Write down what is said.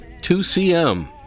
2CM